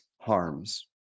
harms